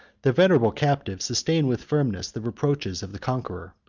the venerable captive sustained with firmness the reproaches of the conqueror,